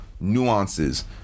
nuances